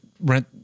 rent